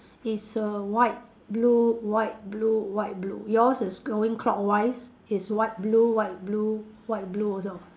it's a white blue white blue white blue yours is going clockwise is white blue white blue white blue also